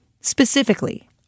specifically